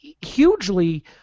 Hugely